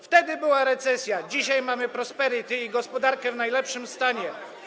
Wtedy była recesja, dzisiaj mamy prosperity i gospodarkę w najlepszym stanie.